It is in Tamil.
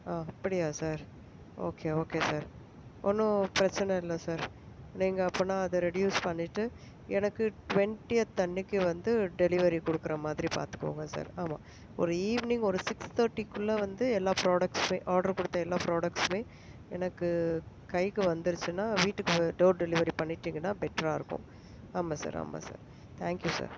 ஆ அப்படியா சார் ஓகே ஓகே சார் ஒன்றும் பிரச்சனை இல்லை சார் நீங்கள் அப்போனா அதை ரெடியூஸ் பண்ணிட்டு எனக்கு டுவென்ட்டியைத் அன்றைக்கு வந்து டெலிவரி கொடுக்குறமாதிரி பார்த்துக்கோங்க சார் ஆமாம் ஒரு ஈவினிங் ஒரு சிக்ஸ் தேர்ட்டிக்குள்ள வந்து எல்லா ப்ராடக்ட்ஸும் ஆட்ரு கொடுத்த எல்லா ப்ராடக்ட்ஸுமே எனக்கு கைக்கு வந்துருச்சுன்னால் வீட்டுக்கு டோர் டெலிவரி பண்ணிட்டிங்கன்னால் பெட்ராக இருக்கும் ஆமாம் சார் ஆமாம் சார் தேங்க்யூ சார்